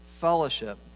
fellowship